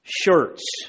shirts